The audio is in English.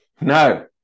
No